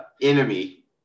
enemy